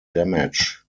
damage